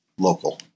Local